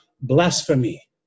blasphemy